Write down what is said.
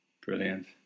Brilliant